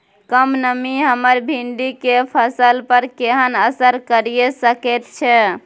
कम नमी हमर भिंडी के फसल पर केहन असर करिये सकेत छै?